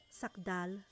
sakdal